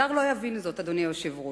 זר לא יבין זאת, אדוני היושב-ראש.